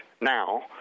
now